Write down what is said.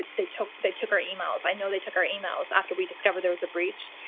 they took they took our emails. i know they took our emails after we discovered there was a breach.